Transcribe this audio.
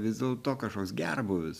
vis dėlto kažkoks gerbūvis